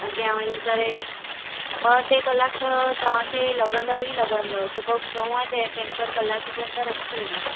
अॻियां वञी करे ॿ टे कलाक त तव्हांखे लॻंदव ई लॻंदव छोके चवंदो आहे टेंकर कलाकु जे अंदरि अची वेंदव